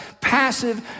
passive